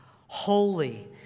holy